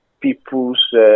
people's